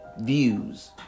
views